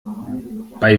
bei